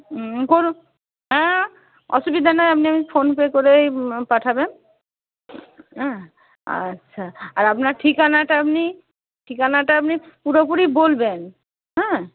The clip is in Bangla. হুম করুন হ্যাঁ অসুবিধা নেই আপনি ফোনপে করেই পাঠাবেন আচ্ছা আর আপনার ঠিকানাটা আপনি ঠিকানাটা আপনি পুরোপুরি বলবেন হ্যাঁ